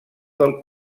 del